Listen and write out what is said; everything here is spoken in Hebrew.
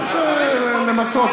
אני חושב שלמצות.